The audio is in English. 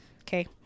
okay